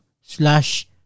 slash